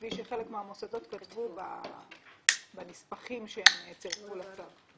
כפי שחלק מהמוסדות כתבו בנספחים שהם צירפו לצו.